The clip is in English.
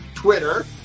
Twitter